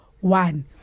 one